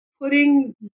putting